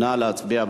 נא להצביע.